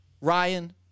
Ryan